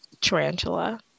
tarantula